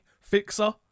Fixer